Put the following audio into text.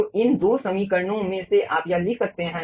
तो इन 2 समीकरणों में से आप यह लिख सकते हैं